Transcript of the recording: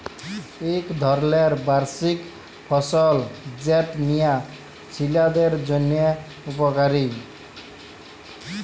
ইক ধরলের বার্ষিক ফসল যেট মিয়া ছিলাদের জ্যনহে উপকারি